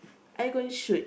I going shoot